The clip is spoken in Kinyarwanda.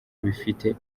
bifite